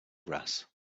grass